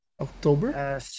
October